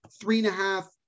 three-and-a-half